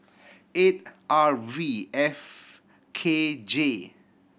eight R V F K J